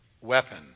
weapon